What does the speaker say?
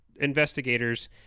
investigators